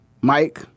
Mike